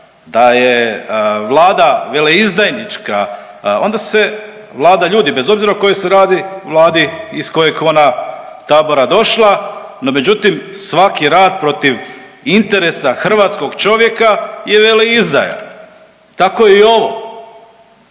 da je Vlada veleizdajnička onda se Vlada ljuti bez obzira o kojoj se radi Vladi iz kojeg ona tabora došla. No međutim, svaki rad protiv interesa hrvatskog čovjeka je veleizdaja. Tako je i ovo.